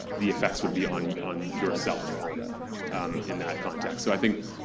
the effects would be on on yourself in that context. so i think,